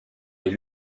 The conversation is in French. est